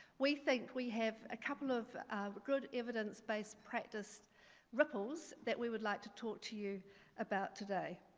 we think we have a couple of good evidence-based practice ripples that we would like to talk to you about today.